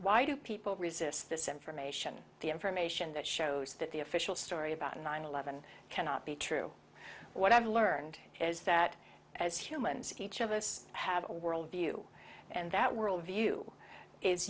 why do people resist this information the information that shows that the official story about nine eleven cannot be true what i've learned is that as humans each of us have a worldview and that worldview is